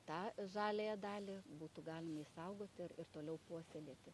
tą žaliąją dalį būtų galima išsaugot ir ir toliau puoselėti